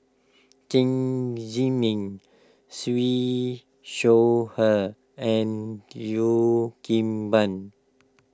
Chen Zhiming Siew Shaw Her and Cheo Kim Ban